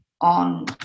on